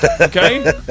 Okay